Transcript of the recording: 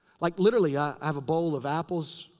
like, literally. i have a bowl of apples.